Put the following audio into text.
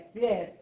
yes